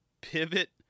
pivot